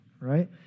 right